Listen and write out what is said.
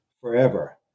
forever